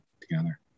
together